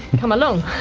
come along